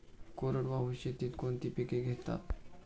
कोरडवाहू शेतीत कोणती पिके घेतात?